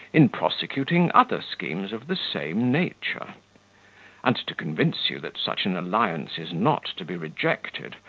in prosecuting other schemes of the same nature and to convince you that such an alliance is not to be rejected,